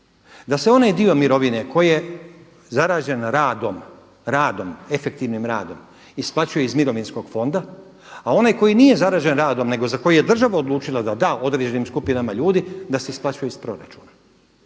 da se onaj dio mirovine koji je zarađen radom, radom, efektivnim radom isplaćuje iz mirovinskog fonda, a onaj koji nije zarađen radom nego za koji je država odlučila da da određenim skupinama ljudi da se isplaćuje iz proračuna.